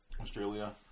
Australia